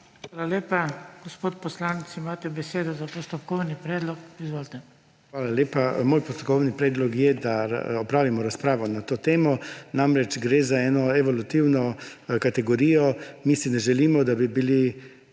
Hvala lepa. Gospod poslanec, imate besedo za postopkovni predlog, izvolite. MAG. BRANISLAV RAJIĆ (PS SAB): Hvala lepa. Moj postopkovni predlog je, da opravimo razpravo na to temo. Namreč, gre za eno evolutivno kategorijo. Mi si ne želimo, da bi bili